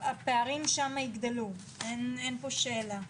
שהפערים שם יגדלו, אין פה שאלה.